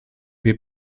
wir